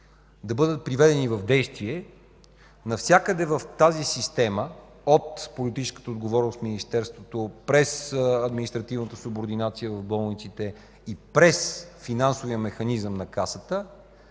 да бъдат приведени в действие, навсякъде в тази система, от политическата отговорност в Министерството, през административната субординация в болниците и през финансовия механизъм на Касата,